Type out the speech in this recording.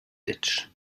ditch